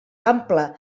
ample